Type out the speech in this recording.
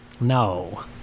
No